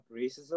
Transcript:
racism